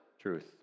truth